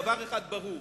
דבר אחד ברור,